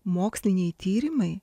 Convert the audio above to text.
moksliniai tyrimai